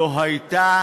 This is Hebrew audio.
לא הייתה